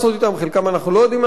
חלקם אנחנו לא יודעים מה לעשות אתם,